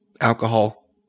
alcohol